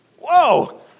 Whoa